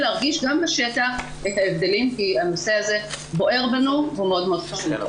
להרגיש גם בשטח את ההבדלים כי הנושא הזה בוער בנו והוא מאוד מאוד חשוב.